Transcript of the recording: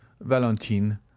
Valentine